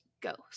ghost